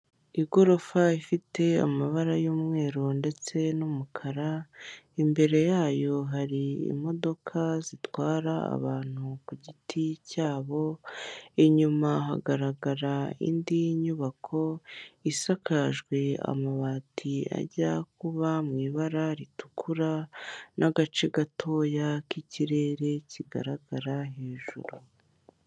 Igorofa ifite amabara y'umweru ndetse n'umukara, imbere yayo hari imodoka zitwara abantu ku giti cyabo, inyuma hagaragara indi nyubako isakajwe amabati ajya kuba mu ibara ritukura n'agace gatoya k'ikirere kigaragara hejuru.